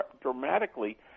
dramatically